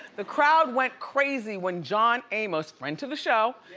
the crowd went crazy when john amos went to the show,